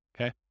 okay